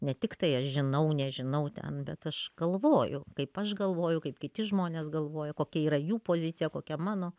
ne tiktai aš žinau nežinau ten bet aš galvoju kaip aš galvoju kaip kiti žmonės galvoja kokia yra jų pozicija kokia mano